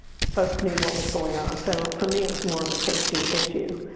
folks knew what was going on. so for me, it was more of a safety issue,